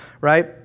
right